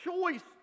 choice